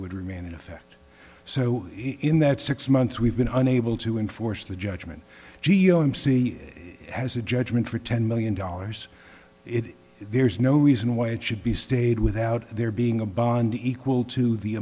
would remain in effect so in that six months we've been unable to enforce the judgement g o him see as a judgment for ten million dollars it there's no reason why it should be stayed without there being a bond equal to the